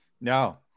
no